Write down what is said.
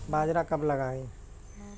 बाजरा कब लगाएँ?